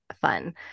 fun